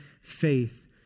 faith